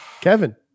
Kevin